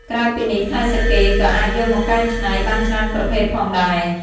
ក្រៅពីនេះ ផ្លែសាកេក៏អាចយកមកកែច្នៃបានច្រើនប្រភេទផងដែរ។